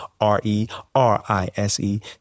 R-E-R-I-S-E